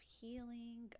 healing